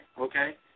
Okay